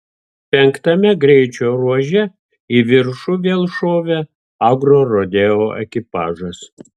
penktame greičio ruože į viršų vėl šovė agrorodeo ekipažas